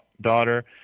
daughter